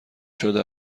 شده